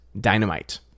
dynamite